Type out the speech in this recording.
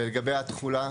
ולגבי התכולה?